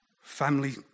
family